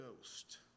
Ghost